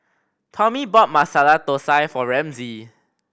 Tommy bought Masala Thosai for Ramsey